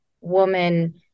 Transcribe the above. woman